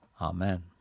Amen